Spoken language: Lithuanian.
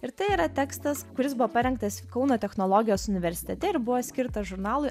ir tai yra tekstas kuris buvo parengtas kauno technologijos universitete ir buvo skirtas žurnalui